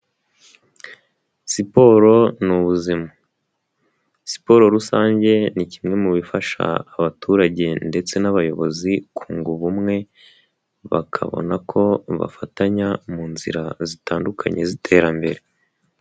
Siporo ni ubuzima. Siporo rusange ni kimwe mu bifasha abaturage ndetse n'abayobozi kunga ubumwe, bakabona ko bafatanya mu nzira zitandukanye z'iterambere.